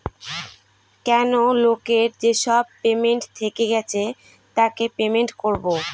কেনো লোকের যেসব পেমেন্ট থেকে গেছে তাকে পেমেন্ট করবো